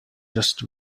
just